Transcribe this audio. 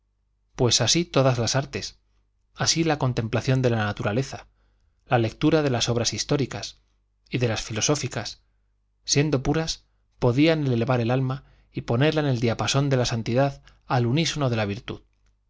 pues así todas las artes así la contemplación de la naturaleza la lectura de las obras históricas y de las filosóficas siendo puras podían elevar el alma y ponerla en el diapasón de la santidad al unísono de la virtud